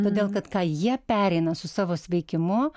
todėl kad ką jie pereina su savo sveikimu